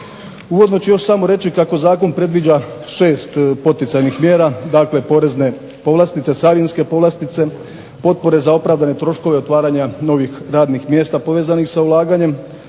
Uvodno ću još samo reći kako zakon predviđa šest poticajnih mjera, dakle porezne povlastice, carinske povlastice, potpore za opravdane troškove otvaranja novih radnih mjesta povezanih sa ulaganjem,